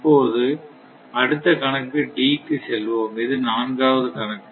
இப்போது அடுத்த கணக்கு D க்கு செல்வோம் இது நான்காவது கணக்கு